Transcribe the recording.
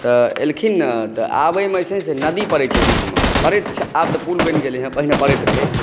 तऽ एलखिन ने तऽ आबयमे छै ने नदी परै छै बीचमे आब तऽ पुल बनि गेलै हँ पहिने परैत रहै